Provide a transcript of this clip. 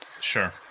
sure